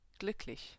glücklich